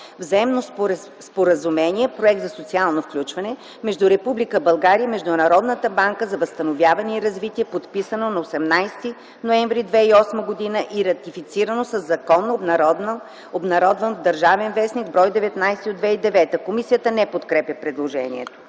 Заемното споразумение (Проект за социално включване) между Република България и Международната банка за възстановяване и развитие, подписано на 18 ноември 2008 г. и ратифицирано със закон (обн., ДВ, бр. 19 от 2009 г.).” Комисията не подкрепя предложението.